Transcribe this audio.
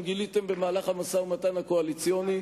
גיליתם במהלך המשא-ומתן הקואליציוני.